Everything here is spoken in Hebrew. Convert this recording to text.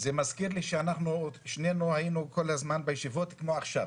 זה מזכיר לי שנינו היינו כל הזמן בישיבות כמו עכשיו.